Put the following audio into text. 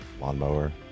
lawnmower